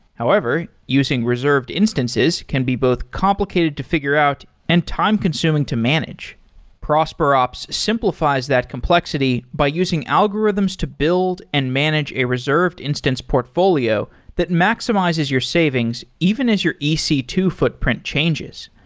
however, using reserved instances can be both complicated to figure out and time consuming to manage prosperops simplifies that complexity by using algorithms to build and manage a reserved instance portfolio that maximizes your savings, even as your e c two footprint changes.